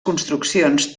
construccions